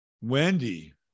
Wendy